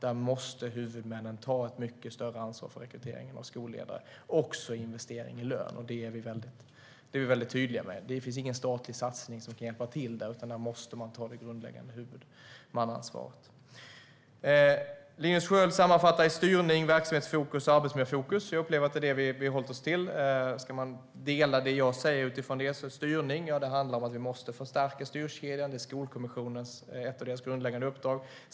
Huvudmännen måste ta ett mycket större ansvar för rekryteringen av skolledare, också vad gäller investering i lön, och det är vi väldigt tydliga med. Det finns ingen statlig satsning som kan hjälpa till, utan där måste man ta det grundläggande huvudmannaansvaret. Linus Sköld sammanfattar med orden styrning, verksamhetsfokus och arbetsmiljöfokus. Jag upplever att det är det vi har hållit oss till. Jag kan dela upp det jag säger utifrån det. Styrning handlar om att vi måste förstärka styrkedjan. Det är ett av Skolkommissionens grundläggande uppdrag.